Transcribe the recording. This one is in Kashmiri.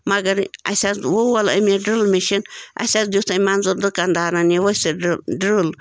مگر اَسہِ حظ وول اَپمِ یہِ ڈٕرل مِشیٖن اَسہِ حظ دُیتھ یِم منظوٗر دُکان دارن یہِ ؤسِتھ ڈٕرل ڈٕرل